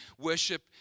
worship